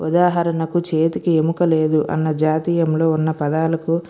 ఉదాహరణకు చేతికి ఎముక లేదు అన్న జాతీయంలో ఉన్న పదాలకు